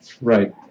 Right